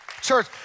Church